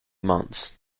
months